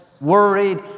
worried